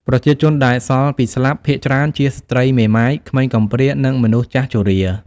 ប្រជាជនដែលសល់ពីស្លាប់ ភាគច្រើនជាស្ត្រីមេម៉ាយ ក្មេងកំព្រា និងមនុស្សចាស់ជរា។